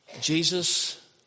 Jesus